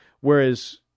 whereas